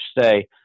say